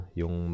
yung